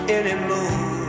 anymore